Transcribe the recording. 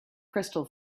crystal